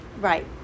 Right